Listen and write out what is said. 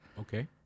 Okay